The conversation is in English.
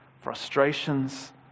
frustrations